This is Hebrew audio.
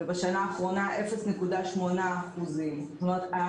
ובשנה האחרונה 0.8%. זאת אומרת,